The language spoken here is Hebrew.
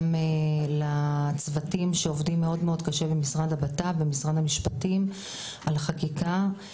גם לצוותים שעובדים קשה מאוד במשרד הבט"פ ובמשרד המשפטים על החקיקה.